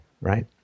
right